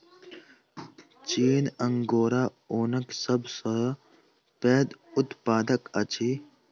चीन अंगोरा ऊनक सब सॅ पैघ उत्पादक अछि